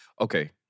Okay